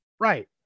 Right